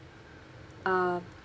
uh